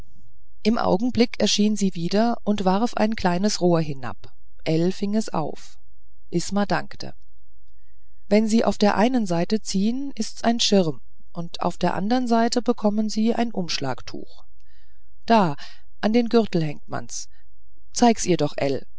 im augenblick erschien sie wieder und warf ein kleines rohr hinab ell fing es auf isma dankte wenn sie auf der einen seite ziehen ist's ein schirm und auf der andern bekommen sie ein umschlagetuch da an den gürtel hängt man's zeig's ihr doch